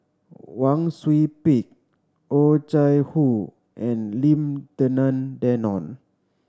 Wang Sui Pick Oh Chai Hoo and Lim Denan Denon